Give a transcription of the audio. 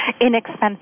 inexpensive